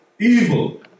evil